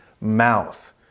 mouth